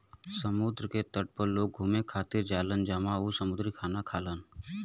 समुंदर के तट पे लोग घुमे खातिर जालान जहवाँ उ समुंदरी खाना खालन